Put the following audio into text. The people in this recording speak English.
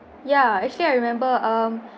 ya actually I remember um